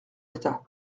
d’état